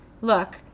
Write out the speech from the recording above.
Look